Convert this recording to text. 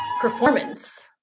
performance